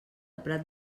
prat